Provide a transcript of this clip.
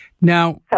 Now